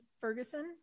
Ferguson